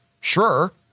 Sure